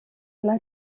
alla